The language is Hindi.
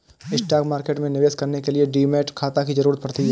स्टॉक मार्केट में निवेश करने के लिए डीमैट खाता की जरुरत पड़ती है